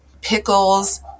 pickles